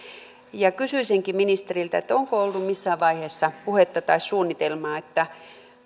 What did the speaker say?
kysyisinkin ministeriltä onko ollut missään vaiheessa puhetta tai suunnitelmaa että